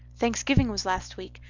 thanksgiving was last week.